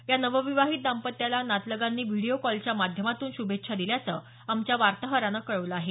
या नवविवाहित दाम्पत्यांला नातलगांनी व्हिडिओ कॉलच्या माध्यमातून शुभेच्छा दिल्याचं आमच्या वार्ताहरानं कळवलं आहे